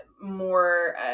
more